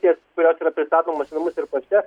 ties kurios yra pristatomos į namus ir pašte